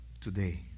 today